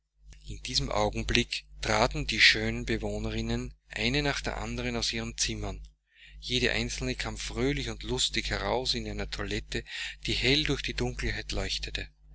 in diesem augenblick traten die schönen bewohnerinnen eine nach der anderen aus ihren zimmern jede einzelne kam fröhlich und lustig heraus in einer toilette die hell durch die dunkelheit leuchtete